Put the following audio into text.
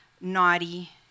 naughty